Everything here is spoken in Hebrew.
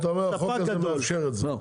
אתה אומר שהחוק הזה מאפשר את זה.